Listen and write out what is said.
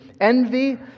envy